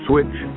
Switch